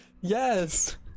yes